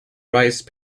rice